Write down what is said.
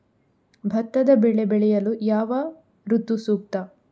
ಭತ್ತದ ಬೆಳೆ ಬೆಳೆಯಲು ಯಾವ ಋತು ಸೂಕ್ತ?